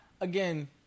again